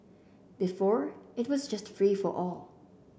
before it was just free for all